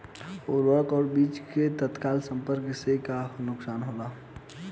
उर्वरक अ बीज के तत्काल संपर्क से का नुकसान होला?